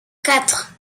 quatre